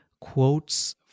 quotes